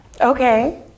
Okay